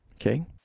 Okay